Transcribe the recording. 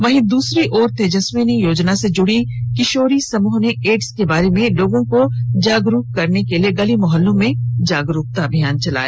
वहीं दूसरी ओर तेजस्विनी योजना से जुड़ी किशोरी समूह ने एडस के बारे में लोगों को जागरूक करने के लिए गली मोहल्लों में जागरुकता अभियान चलाया